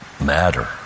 matter